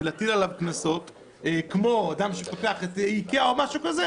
ולהטיל עליו קנסות כמו אדם שפותח את איקאה או משהו כזה,